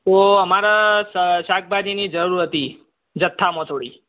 તો અમારે સ શાકભાજીની જરુર હતી જથ્થામાં થોડી